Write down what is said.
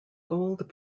gold